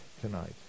tonight